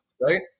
right